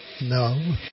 No